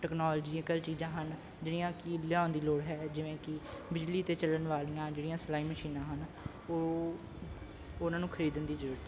technological ਚੀਜ਼ਾਂ ਹਨ ਜਿਹੜੀਆਂ ਕਿ ਲਿਆਉਣ ਦੀ ਲੋੜ ਹੈ ਜਿਵੇਂ ਕਿ ਬਿਜਲੀ 'ਤੇ ਚੱਲਣ ਵਾਲੀਆਂ ਜਿਹੜੀਆਂ ਸਿਲਾਈ ਮਸ਼ੀਨਾਂ ਹਨ ਉਹ ਉਹਨਾਂ ਨੂੰ ਖਰੀਦਣ ਦੀ ਜ਼ਰੂਰਤ ਹੈ